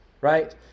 right